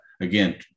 Again